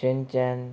Shinchan